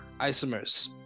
isomers